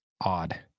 odd